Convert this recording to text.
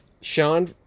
Sean